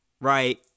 right